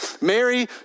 Mary